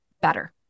better